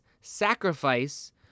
sacrifice